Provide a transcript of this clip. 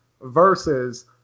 versus